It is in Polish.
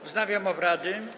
Wznawiam obrady.